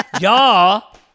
Y'all